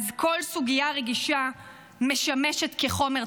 כל סוגיה רגישה משמשת כחומר תבערה.